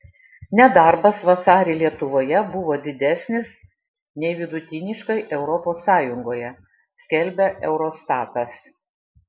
nedarbas vasarį lietuvoje buvo didesnis nei vidutiniškai europos sąjungoje skelbia eurostatas